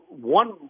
one